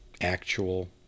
actual